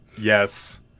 Yes